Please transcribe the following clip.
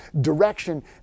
direction